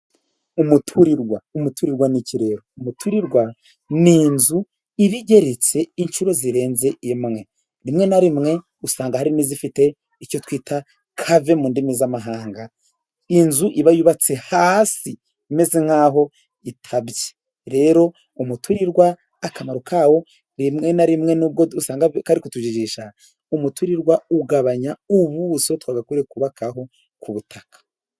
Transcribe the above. Umuturirwa ni inzu iba igeretse inshuro zirenze imwe, rimwe na rimwe usanga hari n'izifite icyo twita kave mu ndimi z'amahanga, inzu iba yubatse hasi imeze nka aho itabye. Rero umutirirwa akamaro kawo rimwe na rimwe nubwo usanga kari kutujijisha, umutirirwa ugabanya u ubuso twakagombye kubakaho ku butaka.